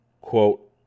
quote